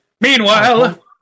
Meanwhile